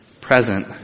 present